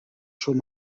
schon